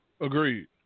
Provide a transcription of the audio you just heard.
Agreed